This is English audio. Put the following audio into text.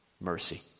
mercy